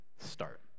start